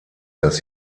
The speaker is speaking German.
dass